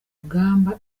rugamba